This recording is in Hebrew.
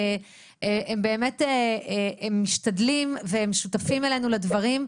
הם משתדלים והם שותפים לדברים,